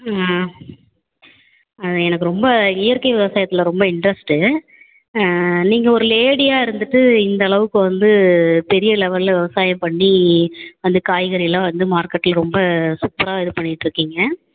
அது எனக்கு ரொம்ப இயற்கை விவசாயத்தில் ரொம்ப இன்ட்ரஸ்ட்டு நீங்கள் ஒரு லேடியாக இருந்துகிட்டு இந்தளவுக்கு வந்து பெரிய லெவலில் விவசாயம் பண்ணி அந்த காய்கறியெல்லாம் வந்து மார்க்கெட்டில் ரொம்ப சூப்பராக இது பண்ணிகிட்ருக்கீங்க